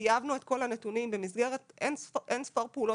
טייבנו את כל הנתונים במסגרת אינספור פעולות